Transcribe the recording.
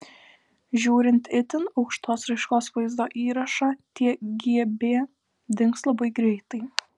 žiūrint itin aukštos raiškos vaizdo įrašą tie gb dings labai greitai